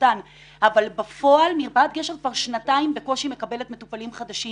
יכולתן אבל בפועל מרפאת גשר כבר שנתיים בקושי מקבלת מטופלים חדשים.